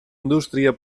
indústria